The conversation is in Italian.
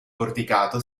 porticato